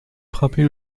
frapper